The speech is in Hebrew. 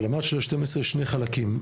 אבל אמרת של-12 יש שני חלקים,